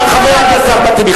חבר הכנסת אחמד טיבי.